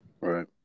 Right